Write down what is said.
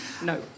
No